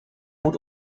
moet